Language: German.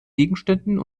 gegenständen